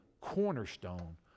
cornerstone